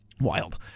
wild